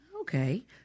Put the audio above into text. Okay